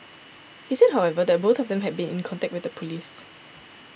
he said however that both of them had been in contact with police